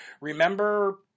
Remember